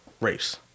race